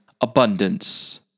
abundance